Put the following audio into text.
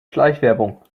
schleichwerbung